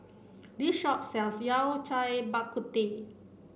this shop sells Yao Cai Bak Kut Teh